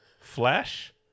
Flash